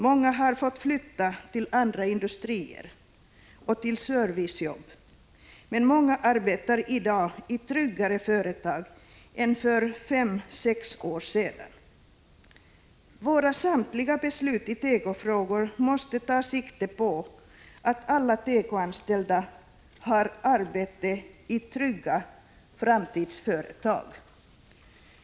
Många har fått flytta till andra industrier och till servicejobb, men många arbetar i dag i tryggare företag än för fem sex år sedan. Samtliga våra beslut i tekofrågor måste ta sikte på att alla tekoanställda har arbete i trygga framtidsföretag.